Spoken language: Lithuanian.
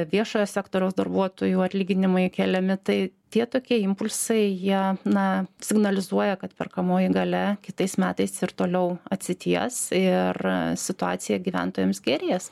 viešojo sektoriaus darbuotojų atlyginimai keliami tai tie tokie impulsai jie na signalizuoja kad perkamoji galia kitais metais ir toliau atsities ir situacija gyventojams gerės